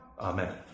Amen